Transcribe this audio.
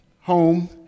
home